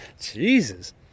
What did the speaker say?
Jesus